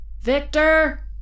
Victor